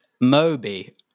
Moby